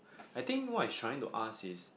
I think what it's trying to ask is